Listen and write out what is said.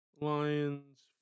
Lions